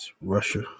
Russia